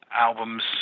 albums